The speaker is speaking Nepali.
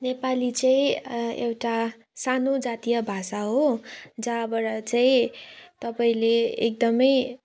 नेपाली चाहिँ एउटा सानो जातीय भाषा हो जहाँबाट चाहिँ तपाईँले एकदमै